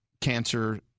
cancer